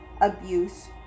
abuse